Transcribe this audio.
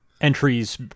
entries